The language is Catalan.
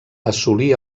assolí